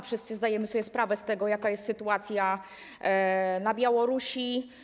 Wszyscy zdajemy sobie sprawę z tego, jaka jest sytuacja na Białorusi.